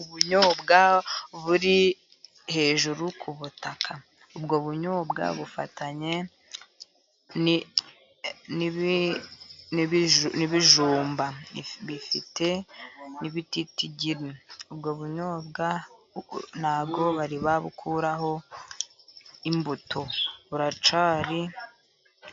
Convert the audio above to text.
Ubunyobwa buri hejuru ku butaka, ubwo bunyobwa bufatanye n'ibijumba bifite n'ibititigiri, ubwo bunyobwa ntabwo bari babukuraho imbuto buracyari